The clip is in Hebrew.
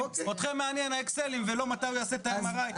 אתכם מעניין האקסלים ולא מתי הוא יעשה את ה-MRI,